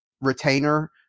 retainer